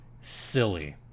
silly